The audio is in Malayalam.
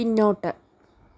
പിന്നോട്ട്